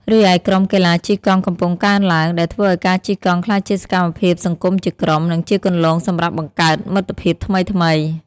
រីឯក្រុមកីឡាជិះកង់កំពុងកើនឡើង ដែលធ្វើឲ្យការជិះកង់ក្លាយជាសកម្មភាពសង្គមជាក្រុម និងជាគន្លងសម្រាប់បង្កើតមិត្តភាពថ្មីៗ។